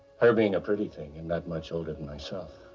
her being a pretty thing. and not much older than myself.